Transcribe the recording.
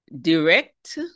direct